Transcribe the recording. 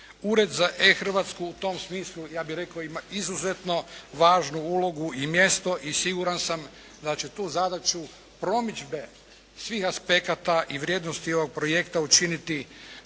Ured za E-Hrvatsku u tom smislu, ja bih rekao, ima jednu izuzetno važnu ulogu i mjesto. I siguran da će tu zadaću promidžbe svih aspekata i vrijednosti ovog projekta učiniti